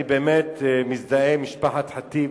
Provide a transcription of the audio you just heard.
אני באמת מזדהה עם משפחת ח'טיב,